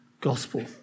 gospel